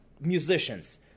Musicians